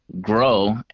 grow